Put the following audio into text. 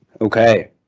Okay